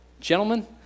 gentlemen